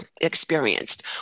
experienced